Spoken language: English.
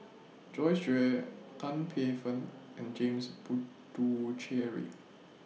Joyce Jue Tan Paey Fern and James Puthucheary